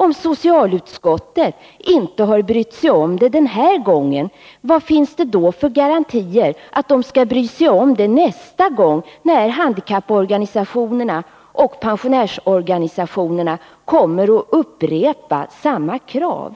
Om socialutskottet inte har brytt sig om dem den här gången, vad finns det då för garantier att utskottet skall bry sig om dem nästa gång, när handikapporganisationerna och pensionärsorganisationerna upprepar samma krav?